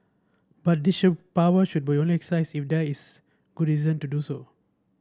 but this power should be only exercised if there is good reason to do so